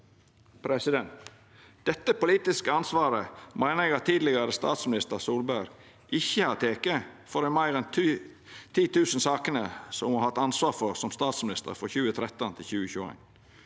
for dette. Dette politiske ansvaret meiner eg at tidlegare statsminister Solberg ikkje har teke for dei meir enn 10 000 sakene som ho har hatt ansvar for som statsminister frå 2013 til 2021.